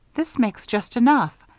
this makes just enough.